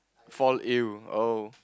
fall ill oh